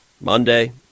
Monday